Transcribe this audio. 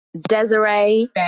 Desiree